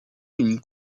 une